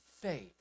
faith